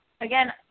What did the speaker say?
again